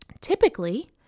typically